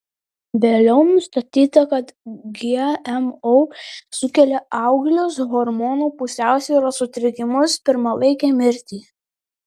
vėliau nustatyta kad gmo sukelia auglius hormonų pusiausvyros sutrikimus pirmalaikę mirtį